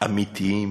אמיתיים